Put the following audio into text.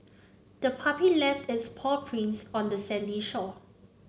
the puppy left its paw prints on the sandy shore